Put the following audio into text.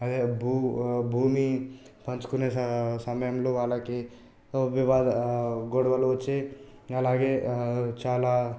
అదే భూ భూమి పంచుకునే స సమయంలో వాళ్ళకి వివాద గొడవలు వచ్చి అలాగే చాలా